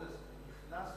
נכנס